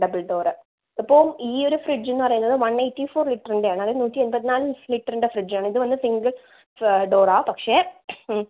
double door ഇപ്പം ഈ ഒരു ഫ്രിഡ്ജ് എന്ന് പറയുന്നത് വൺ എയ്റ്റി ഫോർ ലിറ്ററിൻ്റെയാണ് അത് നൂറ്റി എൺപത്തി നാല് ലിറ്ററിൻ്റെ ഫ്രിഡ്ജാണ് ഇത് വന്ന് സിംഗിൾ ഡോറാണ് പക്ഷെ